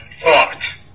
thought